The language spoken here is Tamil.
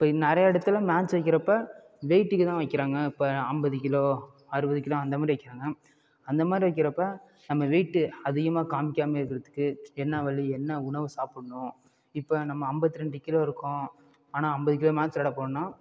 இப்போ நிறையா இடத்துல மேட்ச் வைக்கிறப்ப வெயிட்டுக்கு தான் வைக்கிறாங்க இப்போ ஐம்பது கிலோ அறுபது கிலோ அந்தமாதிரி வைக்கிறாங்க அந்தமாதிரி வைக்கிறப்ப நம்ம வெயிட்டு அதிகமாக காமிக்காமல் இருக்கிறத்துக்கு என்ன வழி என்ன உணவு சாப்புடணும் இப்போ நம்ம ஐம்பத்ரெண்டு கிலோ இருக்கோம் ஆனால் ஐம்பது கிலோ மேட்ச் விள்ளாட போகணுன்னா